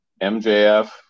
MJF